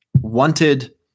wanted